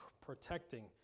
protecting